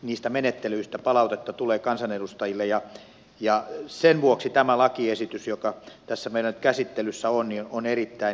niistä menettelyistä palautetta tulee kansanedustajille ja sen vuoksi tämä lakiesitys joka tässä meillä nyt käsittelyssä on on erittäin hyvä